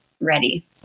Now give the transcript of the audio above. ready